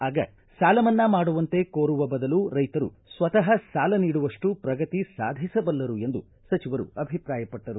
ಆಗ ಸಾಲ ಮನ್ನಾ ಮಾಡುವಂತೆ ಕೋರುವ ಬದಲು ರೈತರು ಸ್ವತಃ ಸಾಲ ನೀಡುವಷ್ಟು ಪ್ರಗತಿ ಸಾಧಿಸಬಲ್ಲರು ಎಂದು ಸಚಿವರು ಅಭಿಪ್ರಾಯಪಟ್ಟರು